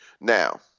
Now